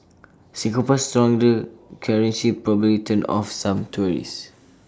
Singapore's stronger currency probably turned off some tourists